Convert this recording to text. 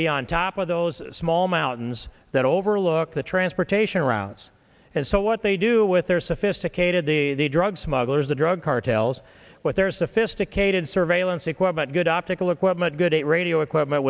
be on top of those small mountains that overlook the transportation routes and so what they do with their sophisticated the drug smugglers the drug cartels with their sophisticated surveillance equipment good optical equipment good at radio equipment